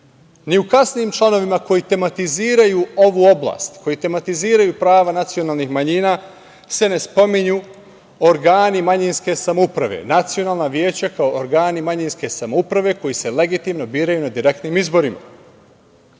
Ni u kasnijim članovima koji tematiziraju ovu oblast, koji tematiziraju prava nacionalnih manjina se ne spominju organi manjinske samouprave, nacionalna veća kao organi manjinske samouprave koji se legitimno biraju na direktnim izborima